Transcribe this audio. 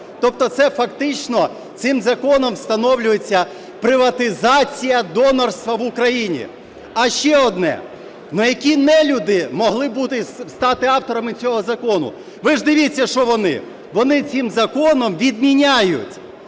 Тобто це фактично цим законом встановлюється приватизація донорства в Україні. А ще одне. Які нелюди могли бути… стати авторами цього закону. Ви ж дивіться, що вони – вони цим законом відміняють